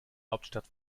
hauptstadt